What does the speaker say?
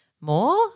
More